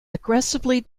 aggressively